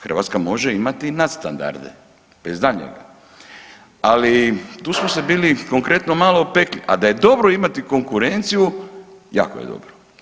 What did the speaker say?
Hrvatska može imati i nadstandarde bez daljnjega, ali tu smo se bili konkretno malo opekli, a da je dobro imati konkurenciju jako je dobro.